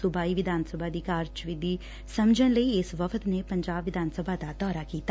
ਸੂਬਾਈ ਵਿਧਾਨ ਸਭਾ ਦੀ ਕਾਰਜਵਿਧੀ ਸਮਝਣ ਲਈ ਇਸ ਵਫਦ ਨੇ ਪੰਜਾਬ ਵਿਧਾਨ ਸਭਾ ਦਾ ਦੌਰਾ ਕੀਤਾ